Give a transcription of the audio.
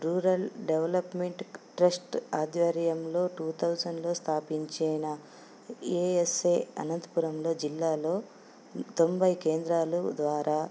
rural development trust ఆధర్యంలో two థౌజండ్లో స్థాపించన ఏఎస్ఏ అనంతపురంలో జిల్లాలో తొంభై కేంద్రాలు ద్వారా